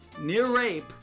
near-rape